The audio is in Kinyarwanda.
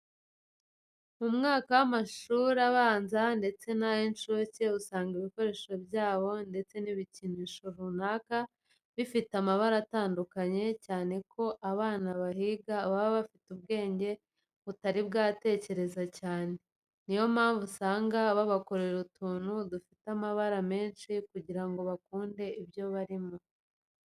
Mu mwaka wa mbere w'amashuri abanza ndetse n'ay'inshuke usanga ibikoresho byabo ndetse n'ibikinisho runaka bifite amabara atandukanye cyane ko abana bahiga baba bafite ubwenge butari bwatekereza cyane, niyo mpamvu usanga babakorera utuntu dufite amabara menshi kugira ngo bakunde ibyo barimo.